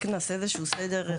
רק נעשה איזשהו סדר,